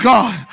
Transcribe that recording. God